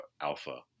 alpha